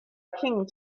king